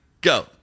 Go